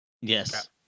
Yes